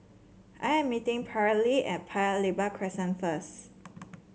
I am meeting Paralee at Paya Lebar Crescent first